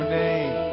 name